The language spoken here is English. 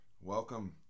Welcome